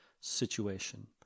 situation